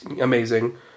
amazing